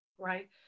Right